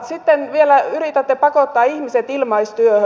sitten vielä yritätte pakottaa ihmiset ilmaistyöhön